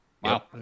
Wow